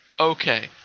Okay